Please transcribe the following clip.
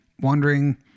wondering